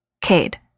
Cade